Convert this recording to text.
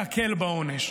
להקל בעונש.